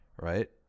right